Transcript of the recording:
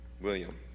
William